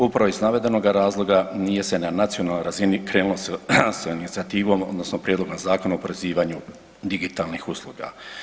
Upravo iz navedenoga razloga nije se na nacionalnoj razini krenulo sa inicijativom odnosno prijedlogom Zakona o oporezivanju digitalnih usluga.